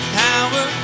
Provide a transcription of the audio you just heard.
power